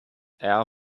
air